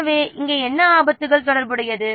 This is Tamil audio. எனவே இங்கே என்ன ஆபத்துகள் தொடர்புடையது